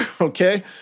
okay